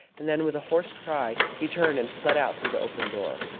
and then, with a hoarse cry, he turned and fled out through the open door.